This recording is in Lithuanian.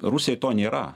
rusijoj to nėra